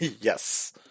Yes